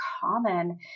common